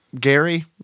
Gary